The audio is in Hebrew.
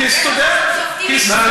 יש שם שופטים מצוינים.